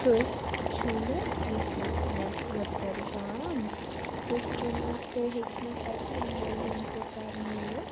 تُہۍ چھُو نہٕ حظ وٕکٮ۪نَس ؤتٕر گام تُہۍ کٔریوٗ تُہۍ ہیٚکیوٗ اَتہِ مولوٗم تہِ کٔرنٲیِتھ